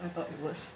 I thought it was